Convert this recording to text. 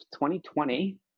2020